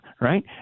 Right